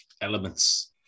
elements